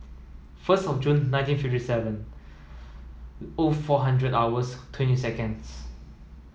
first of June nineteen fifty seven O four hundred hours twenty seconds